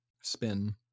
spin